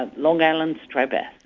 ah long island striped bass.